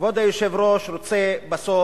כבוד היושב-ראש, אני רוצה בסוף,